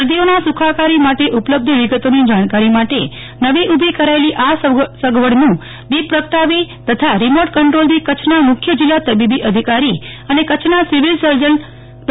દર્દીઓનાં સુખાકારી માટે ઉપલબ્ધ વિગતોની જાણકારી માટે નવી ઉભી કરાયેલી આસગવડનું દીપ પ્રગટાવી તથા રીમોર્ટ કન્દ્રોલથી કચ્છના મુખ્ય જીલ્લા તબીબી અધિકારી અને કચ્છના સિવિલ સર્જન ડો